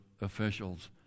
officials